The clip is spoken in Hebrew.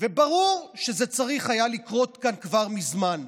וברור שזה היה צריך לקרות כאן כבר מזמן.